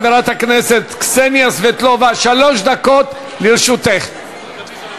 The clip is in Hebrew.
חברת הכנסת קסניה סבטלובה, שלוש דקות, ומצביעים.